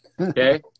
Okay